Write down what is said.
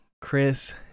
Chris